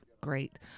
Great